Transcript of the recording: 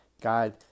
God